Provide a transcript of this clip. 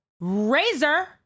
razor